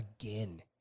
again